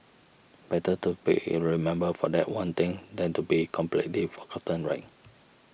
better to be in remembered for that one thing than to be completely forgotten right